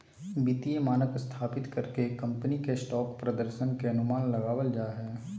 वित्तीय मानक स्थापित कर के कम्पनी के स्टॉक प्रदर्शन के अनुमान लगाबल जा हय